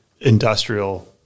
industrial